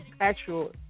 actual